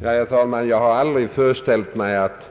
Herr talman! Jag har aldrig föreställt mig att